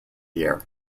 year